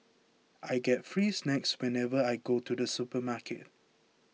I get free snacks whenever I go to the supermarket